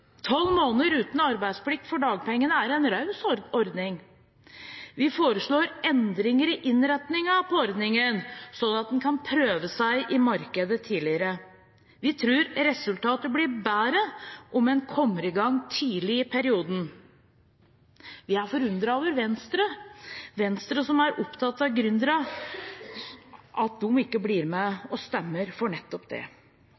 tolv måneder. Tolv måneder uten arbeidsplikt for dagpengene er en raus ordning. Vi foreslår endringer i innretningen på ordningen, sånn at en kan prøve seg i markedet tidligere. Vi tror resultatet blir bedre om en kommer i gang tidlig i perioden. Vi er forundret over at Venstre – som er opptatt av gründerne – ikke blir med og stemmer for nettopp det.